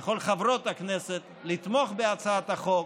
ולכל חברות הכנסת לתמוך בהצעת החוק.